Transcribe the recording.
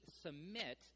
submit